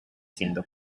siendo